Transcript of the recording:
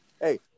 hey